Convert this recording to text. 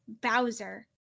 Bowser